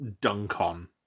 dunk-on